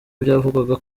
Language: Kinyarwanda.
byavugwaga